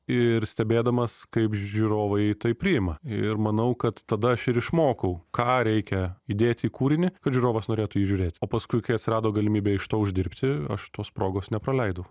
ir stebėdamas kaip žiūrovai tai priima ir manau kad tada aš ir išmokau ką reikia įdėti į kūrinį kad žiūrovas norėtų jį žiūrėti o paskui kai atsirado galimybė iš to uždirbti aš tos progos nepraleidau